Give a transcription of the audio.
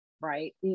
right